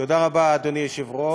תודה רבה, אדוני היושב-ראש.